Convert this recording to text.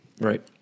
Right